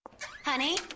Honey